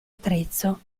attrezzo